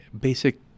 basic